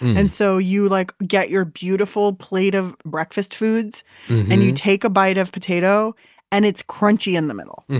and so you like get your beautiful plate of breakfast foods and you take a bite of potato and it's crunchy in the middle.